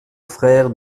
frère